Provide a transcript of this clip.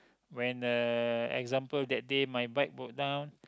when uh example that day my bike broke down